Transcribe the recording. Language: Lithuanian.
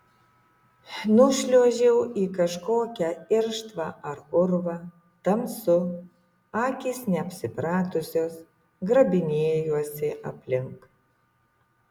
nušliuožiau į kažkokią irštvą ar urvą tamsu akys neapsipratusios grabinėjuosi aplink